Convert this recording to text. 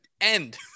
end